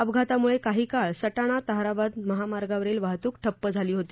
अपघातामुळे काही काळ सटाणा ताहराबाद महामार्गावरील वाहतूक ठप्प झाली होती